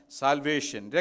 salvation